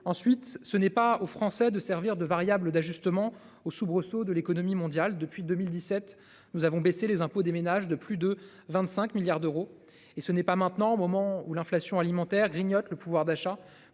Ensuite ce n'est pas aux Français de servir de variable d'ajustement aux soubresauts de l'économie mondiale depuis 2017, nous avons baissé les impôts des ménages de plus de 25 milliards d'euros et ce n'est pas maintenant au moment où l'inflation alimentaire grignote le pouvoir d'achat